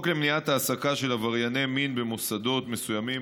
החוק למניעת העסקה של עברייני מין במוסדות מסוימים,